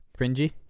cringy